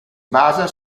basa